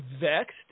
vexed